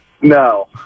No